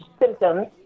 symptoms